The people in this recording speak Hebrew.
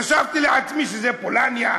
חשבתי לעצמי שזה פולניה.